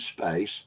space